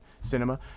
cinema